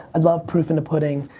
i love proof in the pudding.